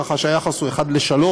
ככה שהיחס הוא 1 ל-3,